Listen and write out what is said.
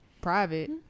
private